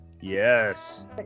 Yes